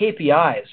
KPIs